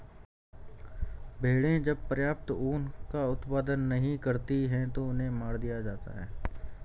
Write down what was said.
भेड़ें जब पर्याप्त ऊन का उत्पादन नहीं करती हैं तो उन्हें मार दिया जाता है